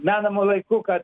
menamu laiku kad